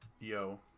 yo